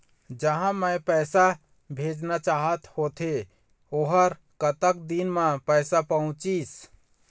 जहां मैं पैसा भेजना चाहत होथे ओहर कतका दिन मा पैसा पहुंचिस?